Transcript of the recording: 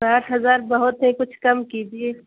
ساٹھ ہزار بہت ہے کچھ کم کیجیے